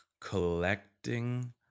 collecting